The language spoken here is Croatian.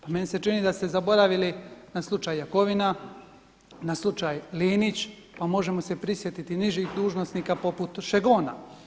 Pa meni se čini da ste zaboravili na slučaj Jakovina, na slučaj Linić, pa možemo se prisjetiti i nižih dužnosnika poput Šegona.